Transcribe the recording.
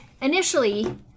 initially